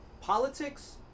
politics